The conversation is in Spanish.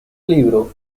libro